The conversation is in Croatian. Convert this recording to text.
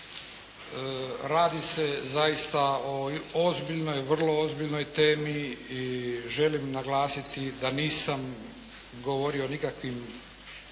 Radi se zaista o ozbiljnoj, vrlo ozbiljnoj temi i želim naglasiti da nisam govorio o nikakvim